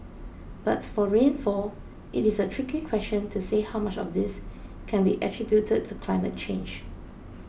but for rainfall it is a tricky question to say how much of this can be attributed to climate change